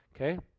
Okay